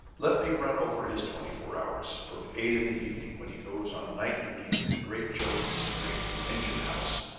let me run over his twenty-four hours, from eight in the evening, when he goes on night duty at the great jones street engine-house.